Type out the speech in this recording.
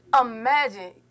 imagine